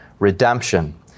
Redemption